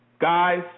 Guys